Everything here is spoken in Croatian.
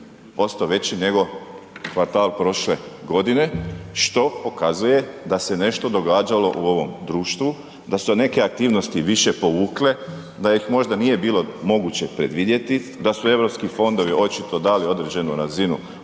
3,9% veći nego kvartal prošle godine što pokazuje da se nešto događalo u ovom društvu, da su se neke aktivnosti više povukle, da ih možda nije bilo moguće predvidjeti, da su europski fondovi očito dali određenu razinu